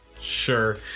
Sure